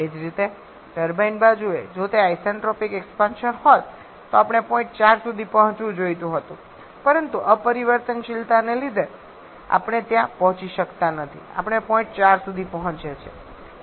એ જ રીતે ટર્બાઇન બાજુએ જો તે આઇસેન્ટ્રોપિક એક્સપાન્શન હોત તો આપણે પોઈન્ટ 4s સુધી પહોંચવું જોઈતું હતું પરંતુ અપરિવર્તનશીલતાને લીધે આપણે ત્યાં પહોંચી શકતા નથી આપણે પોઈન્ટ 4a સુધી પહોંચીએ છીએ